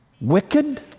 Wicked